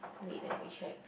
wait let me check